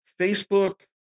Facebook